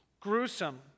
gruesome